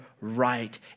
right